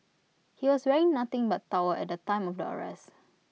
he was wearing nothing but towel at the time of the arrest